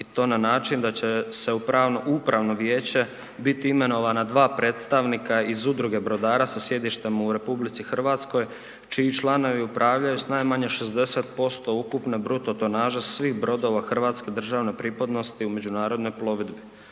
i to na način da će se u upravno vijeće biti imenovana predstavnika iz udruge brodara sa sjedištem u RH čiji članovi upravljaju s najmanje 60% ukupne bruto tonaže svih brodova hrvatske državne pripadnosti u međunarodnoj plovidbi.